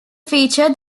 feature